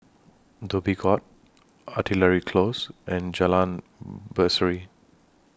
Dhoby Ghaut Artillery Close and Jalan Berseri